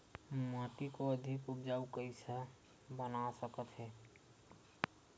माटी को अधिक उपजाऊ कइसे बना सकत हे?